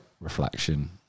reflection